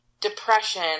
depression